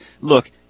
Look